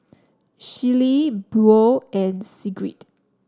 Shelley Buel and Sigrid